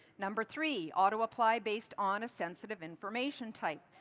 number three, auto apply based on a se nsitive information type.